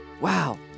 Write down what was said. Wow